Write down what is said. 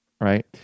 right